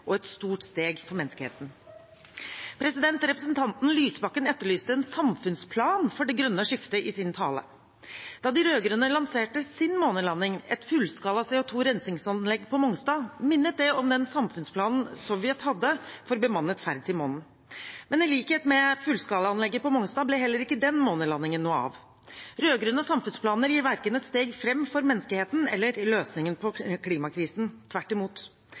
og et stort steg for menneskeheten. Representanten Lysbakken etterlyste en samfunnsplan for det grønne skiftet i sin tale. Da de rød-grønne lanserte sin månelanding, et fullskala CO 2 -rensingsanlegg på Mongstad, minnet det om den samfunnsplanen Sovjetunionen hadde for bemannet ferd til månen. Men i likhet med fullskalaanlegget på Mongstad ble heller ikke den månelandingen noe av. Rød-grønne samfunnsplaner gir verken et steg fram for menneskeheten eller løsningen på klimakrisen – tvert imot.